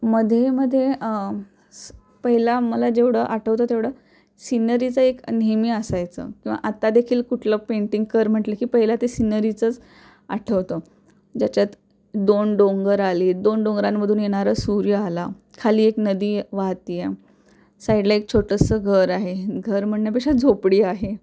मध्येमध्ये पहिला मला जेवढं आठवतं तेवढं सीनरीचं एक नेहमी असायचं किंवा आत्तादेखील कुठलं पेंटिंग कर म्हटलं की पहिला ते सीनरीचंच आठवतं ज्याच्यात दोन डोंगर आले दोन डोंगरांमधून येणारं सूर्य आला खाली एक नदी वाहते आहे साईडला एक छोटंसं घर आहे घर म्हणण्यापेक्षा झोपडी आहे